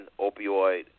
opioid